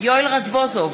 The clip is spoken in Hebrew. יואל רזבוזוב,